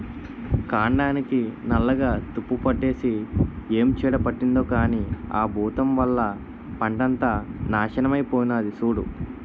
కాండానికి నల్లగా తుప్పుపట్టేసి ఏం చీడ పట్టిందో కానీ ఆ బూతం వల్ల పంటంతా నాశనమై పోనాది సూడూ